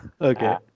Okay